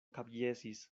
kapjesis